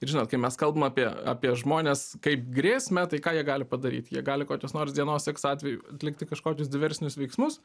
ir žinot kai mes kalbam apie apie žmones kaip grėsmę tai ką jie gali padaryti jie gali kokios nors dienos iks atveju atlikti kažkokius diversinius veiksmus